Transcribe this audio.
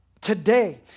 Today